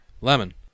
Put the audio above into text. lemon